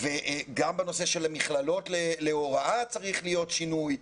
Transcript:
וגם בנושא של המכללות להוראה צריך להיות שינוי,